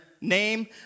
name